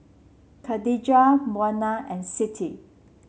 Khadija Munah and Siti